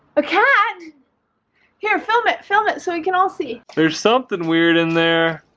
a cat here film it film it so you can all see there's something weird in there